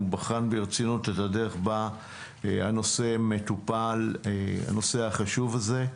הוא בחן ברצינות את הדרך בה מטופל הנושא החשוב הזה,